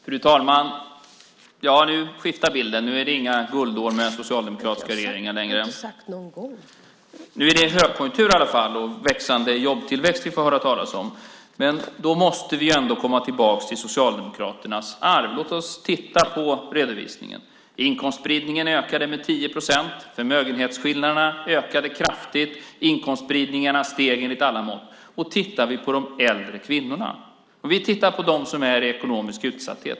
Fru talman! Nu skiftar bilden. Nu är det inte längre några guldår med den socialdemokratiska regeringen. Nu är det i varje fall högkonjunktur och växande jobbtillväxt vi får höra talas om. Men vi måste ändå komma tillbaka till Socialdemokraternas arv. Låt oss titta på redovisningen. Inkomstspridningen ökade med 10 procent. Förmögenhetsskillnaderna ökade kraftigt, och inkomstspridningarna ökade med alla mått. Vi kan titta på de äldre kvinnor som är i ekonomisk utsatthet.